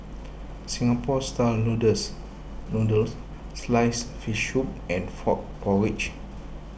Singapore Style Noodles Noodles Sliced Fish Soup and Frog Porridge